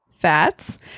fats